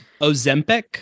Ozempic